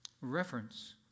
reference